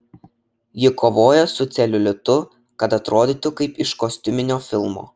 ji kovoja su celiulitu kad atrodytų kaip iš kostiuminio filmo